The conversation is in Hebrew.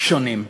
שונים,